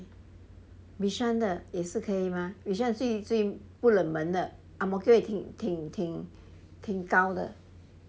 bishan 的也是可以 mah bishan 的最最不冷门的 ang mo kio 挺挺挺高的